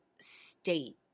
state